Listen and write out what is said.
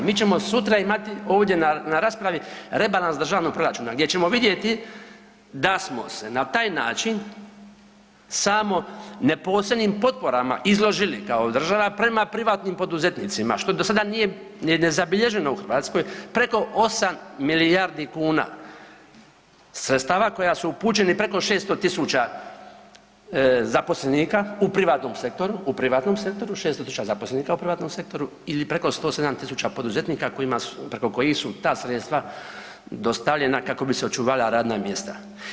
Mi ćemo sutra imati ovdje na raspravi rebalans državnog proračuna gdje ćemo vidjeti da smo se na taj način samo na posljednjim potporama izložili kao država prema privatnim poduzetnicima, što do sada nije ni zabilježeno u Hrvatskoj preko 8 milijardi kuna sredstava koja su upućeni preko 600 000 zaposlenika u privatnom sektoru, u privatnom sektoru 600 000 zaposlenika u privatnom sektoru ili preko 107 000 poduzetnika kojima su, preko kojih su ta sredstva dostavljena kako bi se očuvala radna mjesta.